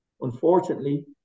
Unfortunately